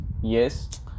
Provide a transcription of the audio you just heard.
yes